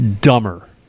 Dumber